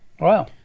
Wow